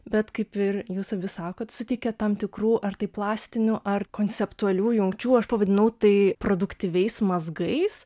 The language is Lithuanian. bet kaip ir jūs sakot suteikia tam tikrų ar tai plastinių ar konceptualių jungčių aš pavadinau tai produktyviais mazgais